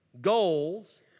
goals